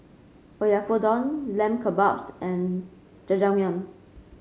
Oyakodon Lamb Kebabs and Jajangmyeon